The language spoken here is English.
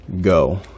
go